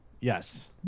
Yes